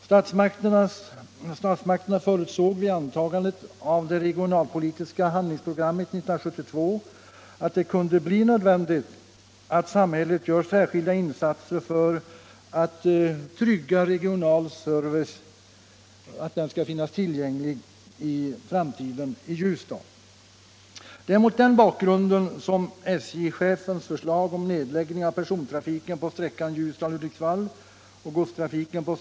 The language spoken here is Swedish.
Statsmakterna förutsåg vid antagandet Torsdagen den av det regionalpolitiska handlingsprogrammet 1972 att det kunde bli nöd 12 februari 1976 vändigt att samhället gör särskilda insatser för att regional service skall — vara tillgänglig i Ljusdal i framtiden. Om nedläggning av Det är mot den bakgrunden som SJ-chefens förslag om nedläggning järnvägslinjer, av persontrafiken på sträckan Ljusdal-Hudiksvall och godstrafiken på = Mm.m.